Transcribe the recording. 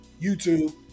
YouTube